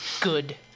good